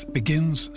begins